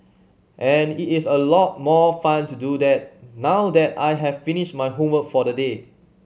and it is a lot more fun to do that now that I have finished my homework for the day